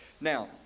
Now